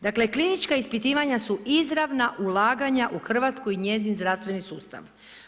Dakle klinička ispitivanja su izravna ulaganja u Hrvatsku i njezin zdravstveni sustav.